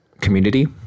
community